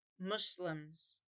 Muslims